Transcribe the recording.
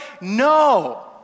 No